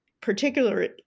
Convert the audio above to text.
particularly